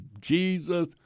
Jesus